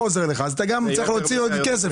מה שגורם לך להוציא עוד כסף.